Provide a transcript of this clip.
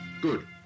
Good